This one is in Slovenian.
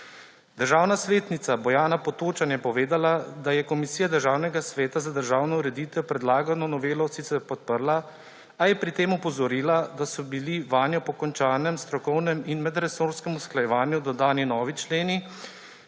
Državna svetnica Bojana Potočan je povedala, da je Komisija Državnega sveta za državno ureditev predlagano novelo sicer podprla, a je pri tem opozorila, da so bili vanjo po končanem strokovnem in medresorskem usklajevanju dodani novi členi,